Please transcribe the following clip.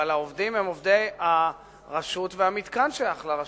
אבל העובדים הם עובדי הרשות והמתקן שייך לרשות.